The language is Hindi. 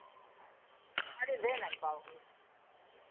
फ़ीस हमारी दे नहीं पाओगी